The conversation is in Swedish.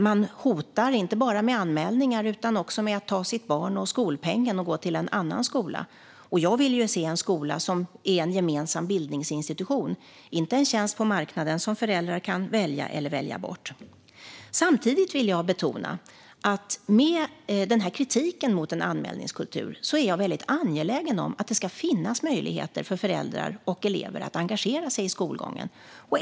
Man hotar inte bara med anmälningar utan också med att ta sitt barn och skolpengen och gå till en annan skola. Jag vill se en skola som är en gemensam bildningsinstitution, inte en tjänst på marknaden som föräldrar kan välja eller välja bort. Samtidigt med den här kritiken mot en anmälningskultur vill jag betona att jag är väldigt angelägen om att det ska finnas möjligheter för föräldrar och elever att engagera sig i skolgången.